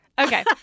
Okay